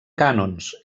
cànons